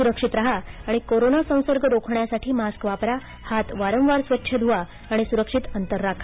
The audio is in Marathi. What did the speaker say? सुक्षित राहा आणि कोरोना संसर्ग रोखण्यासाठी मास्क वापरा हात वारंवार स्वच्छ धुवा आणि सुरक्षित अंतर राखा